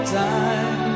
time